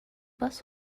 bus